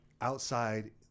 outside